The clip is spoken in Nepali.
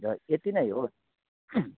र यति नै हो